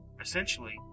essentially